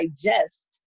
digest